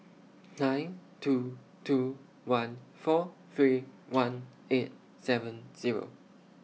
nine two two one four three one eight seven Zero